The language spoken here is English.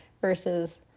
versus